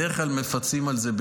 בדרך כלל מפצים על זה,